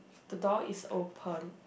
the door is open